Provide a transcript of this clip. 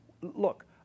Look